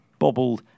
bobbled